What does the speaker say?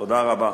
תודה רבה.